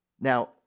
Now